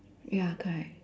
ya correct